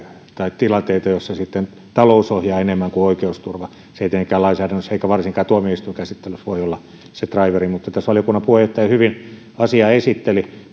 tilanteiden uhkia joissa talous ohjaa enemmän kuin oikeusturva se ei tietenkään lainsäädännössä eikä varsinkaan tuomioistuinkäsittelyssä voi olla se draiveri mutta tässä valiokunnan puheenjohtaja hyvin asiaa esitteli